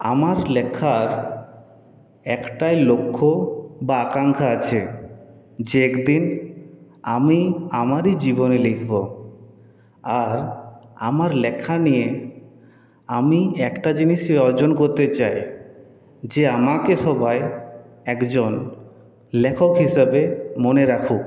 আমার লেখার একটাই লক্ষ্য বা আকাঙ্ক্ষা আছে যে একদিন আমি আমারই জীবনী লিখব আর আমার লেখা নিয়ে আমি একটা জিনিসই অর্জন করতে চাই যে আমাকে সবাই একজন লেখক হিসেবে মনে রাখুক